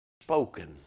spoken